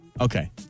Okay